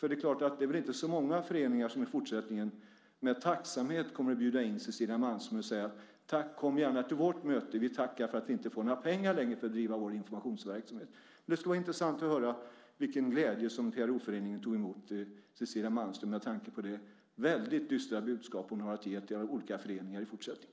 Det är väl inte så många föreningar som i fortsättningen med tacksamhet kommer att bjuda in Cecilia Malmström och säga: Tack, kom gärna till vårt möte, och tack för att vi inte längre får några pengar för att driva vår informationsverksamhet. Det skulle vara intressant att höra med vilken glädje som PRO-föreningen tog emot Cecilia Malmström, med tanke på det väldigt dystra budskap hon har att ge till olika föreningar i fortsättningen.